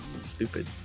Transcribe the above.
Stupid